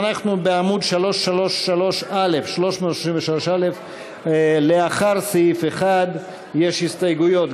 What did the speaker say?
אנחנו בעמוד 333א. לאחר סעיף 1 יש הסתייגויות.